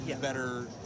better